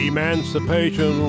Emancipation